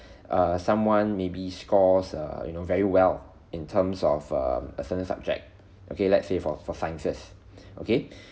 err someone maybe scores err you know very well in terms of err a certain subject okay let's say for for sciences okay